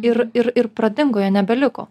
ir ir ir pradingo jo nebeliko